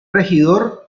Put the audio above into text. regidor